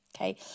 okay